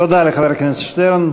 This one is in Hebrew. לחבר הכנסת שטרן.